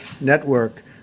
network